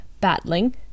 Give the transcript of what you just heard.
battling